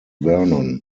vernon